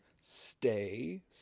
stay